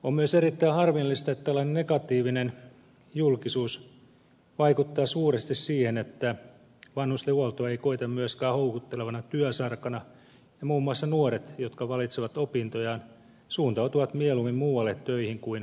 on myös erittäin harmillista että tällainen negatiivinen julkisuus vaikuttaa suuresti siihen että vanhustenhuoltoa ei koeta myöskään houkuttelevana työsarkana ja muun muassa nuoret jotka valitsevat opintojaan suuntautuvat mieluummin muualle töihin kuin vanhustenhuoltoon